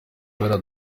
kubera